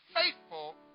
faithful